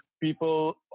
people